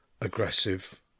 aggressive